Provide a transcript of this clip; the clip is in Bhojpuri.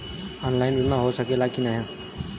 ऑनलाइन बीमा हो सकेला की ना?